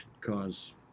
cause